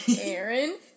Aaron